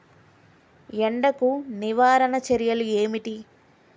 ఎండకు నివారణ చర్యలు ఏమిటి?